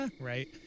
Right